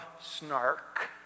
snark